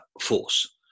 force